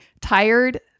tired